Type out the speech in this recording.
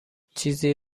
چیزی